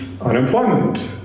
unemployment